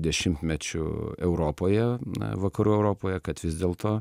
dešimtmečių europoje na vakarų europoje kad vis dėlto